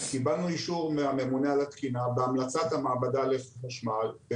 בניסיון שצברנו מאז הרפורמה ב-2018 זיהינו שלמשרד